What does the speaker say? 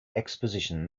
exposition